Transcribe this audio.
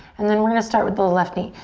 and then we're gonna start with the left knee.